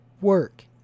work